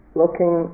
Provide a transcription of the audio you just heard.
looking